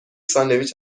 ساندویچ